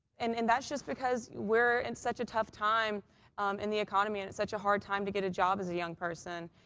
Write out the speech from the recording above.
and and that's just because we're in such a tough time in the economy and it's such a hard time to get a job as a young person.